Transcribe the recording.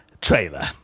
trailer